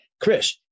Chris